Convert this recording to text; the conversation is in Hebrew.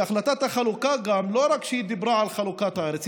שהחלטת החלוקה לא דיברה רק על חלוקת הארץ.